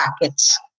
packets